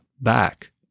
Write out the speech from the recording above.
back